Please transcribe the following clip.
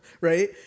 Right